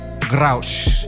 Grouch